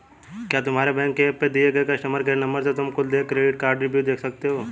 क्या तुम्हारे बैंक के एप पर दिए गए कस्टमर केयर नंबर से तुम कुल देय क्रेडिट कार्डव्यू देख सकते हो?